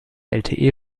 lte